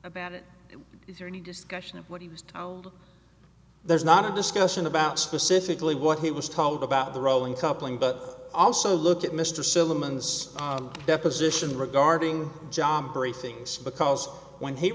about it is there any discussion of what he was there's not a discussion about specifically what he was told about the rolling coupling but also look at mr simmons deposition regarding giambrone things because when he